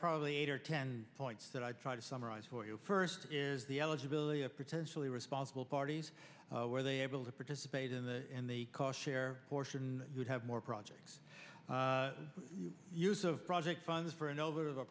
probably eight or ten points that i try to summarize for you first is the eligibility of potentially responsible parties where they able to participate in the in the cost share or should have more projects use of project funds for an over